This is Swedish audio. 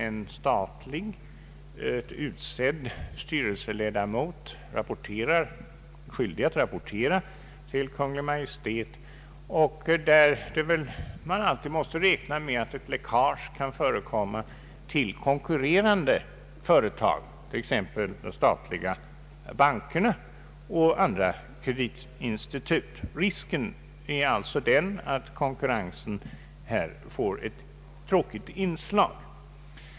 En statligt utsedd styrelseledamot är skyldig att rapportera till Kungl. Maj:t, och man måste alltid räkna med att läckage kan förekomma till konkurrerande företag — de statliga bankerna och andra kreditinstitut. Risken är att konkurrensen här får ett tråkigt inslag.